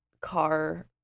car